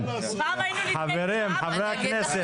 פעם היינו נתקעים שעה.